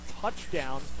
touchdown